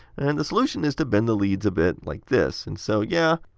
and the solution is to bend the leads a bit like this. and so, yeah,